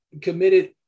committed